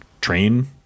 train